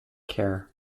care